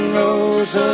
rose